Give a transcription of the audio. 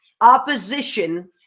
opposition